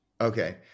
Okay